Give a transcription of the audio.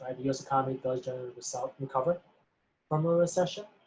and the us economy does generally itself recover from a recession,